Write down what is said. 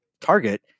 target